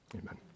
Amen